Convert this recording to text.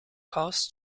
costs